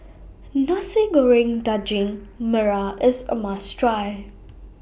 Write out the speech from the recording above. Nasi Goreng Daging Merah IS A must Try